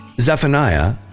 Zephaniah